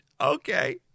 okay